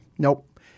Nope